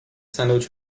sandwich